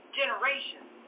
generations